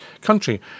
country